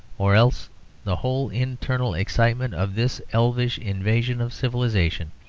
or else the whole internal excitement of this elvish invasion of civilization,